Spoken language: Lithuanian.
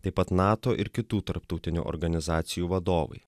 taip pat nato ir kitų tarptautinių organizacijų vadovai